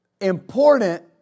important